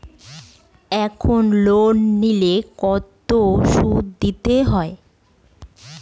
এখন লোন নিলে কত সুদ দিতে হয়?